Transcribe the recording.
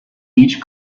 each